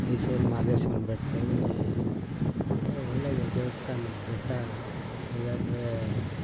ಮೈಸೂರು ಮಹದೇಶ್ವರನ ಬೆಟ್ಟದಲ್ಲಿ ಒಳ್ಳೆ ದೇವಸ್ಥಾನ ಬೆಟ್ಟ ಇದಾದರೆ